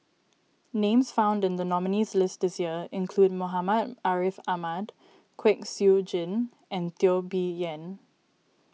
names found in the nominees' list this year include Muhammad Ariff Ahmad Kwek Siew Jin and Teo Bee Yen